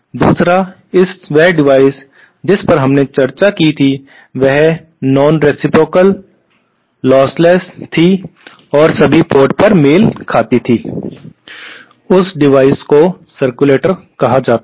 दूसरा वह डिवाइस जिस पर हमने चर्चा की थी वह नॉन रेसिप्रोकाल लॉसलेस थी और सभी पोर्ट पर मेल खाती थी उस डिवाइस को सर्क्युलेटर कहा जाता था